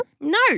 No